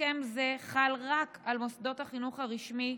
הסכם זה חל רק על מוסדות החינוך הרשמי,